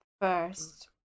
first